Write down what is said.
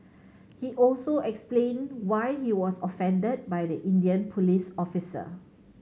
he also explained why he was offended by the Indian police officer